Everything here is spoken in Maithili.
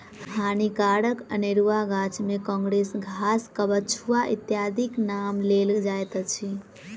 हानिकारक अनेरुआ गाछ मे काँग्रेस घास, कबछुआ इत्यादिक नाम लेल जाइत अछि